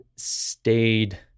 Stayed